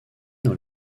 dans